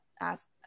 ask